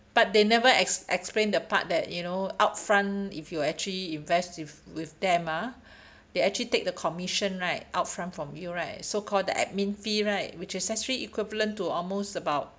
but they never ex~ explain the part that you know upfront if you actually invest with with them ah they actually take the commission right upfront from you right so called the admin fee right which is actually equivalent to almost about